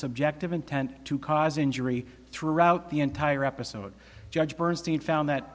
subjective intent to cause injury throughout the entire episode judge bernstein found that